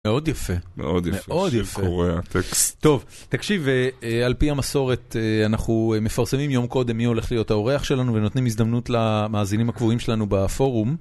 מאוד יפה. מאוד יפה. תקשיב, על פי המסורת אנחנו מפרסמים יום קודם מי הולך להיות האורח שלנו ונותנים הזדמנות למאזינים הקבועים שלנו בפורום